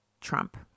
Trump